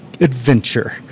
adventure